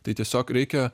tai tiesiog reikia